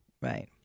right